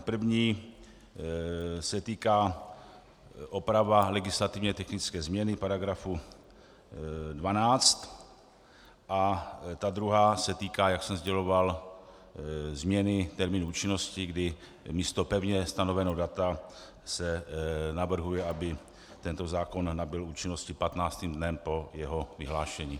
První se týká oprava legislativně technické změny § 12 a ta druhá se týká, jak jsem sděloval, změny termínu účinnosti, kdy místo pevně stanoveného data se navrhuje, aby tento zákon nabyl účinnosti 15. dnem po jeho vyhlášení.